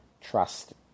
trust